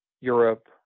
Europe